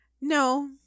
No